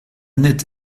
net